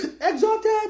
exalted